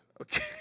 Okay